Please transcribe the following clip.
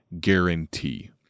guarantee